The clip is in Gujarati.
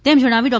તેમ જણાવી ડૉ